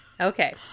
Okay